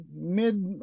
mid